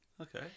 Okay